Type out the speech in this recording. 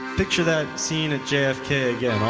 picture that scene at jfk yeah yeah